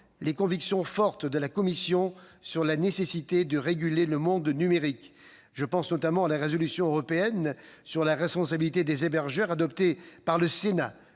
les convictions fortes de la commission sur la nécessité de réguler le monde numérique. Je pense notamment à la résolution européenne sur la responsabilité partielle des hébergeurs, adoptée par le Sénat